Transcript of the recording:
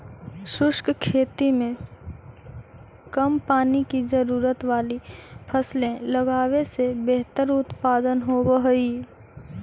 शुष्क खेती में कम पानी की जरूरत वाली फसलें लगावे से बेहतर उत्पादन होव हई